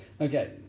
Okay